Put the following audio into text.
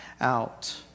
out